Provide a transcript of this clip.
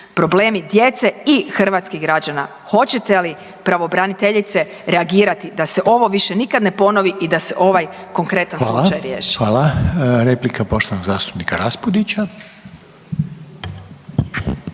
problemi djece i hrvatskih građana hoćete li pravobraniteljice reagirati da se ovo više nikad ne ponovi i da se ovaj konkretan slučaj riješi. **Reiner, Željko (HDZ)** Hvala. Replika poštovanog zastupnika Raspudića.